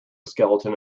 skeleton